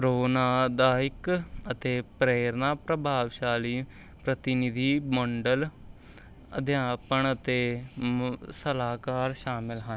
ਪ੍ਰੇਰਣਾਦਾਇਕ ਅਤੇ ਪ੍ਰੇਰਣਾ ਪ੍ਰਭਾਵਸ਼ਾਲੀ ਪ੍ਰਤੀਨਿਧੀ ਮੰਡਲ ਅਧਿਆਪਨ ਅਤੇ ਸਲਾਹਕਾਰ ਸ਼ਾਮਿਲ ਹਨ